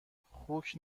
خوک